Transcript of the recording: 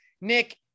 Nick